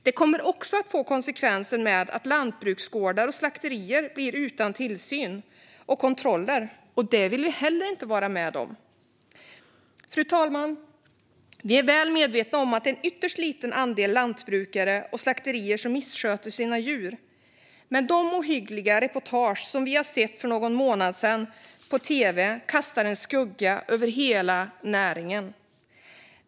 Det kommer också att få konsekvensen att lantbruksgårdar och slakterier blir utan tillsyn och kontroller, och inte heller det vill vi vara med om. Fru talman! Vi är väl medvetna om att det är en ytterst liten andel lantbrukare och slakterier som missköter sina djur, men de ohyggliga reportage som vi sett för någon månad sedan på tv kastar en skugga över hela näringen.